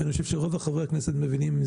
אני חושב שרוב חברי הכנסת מבינים,